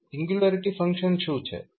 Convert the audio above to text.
singularity functions શું છે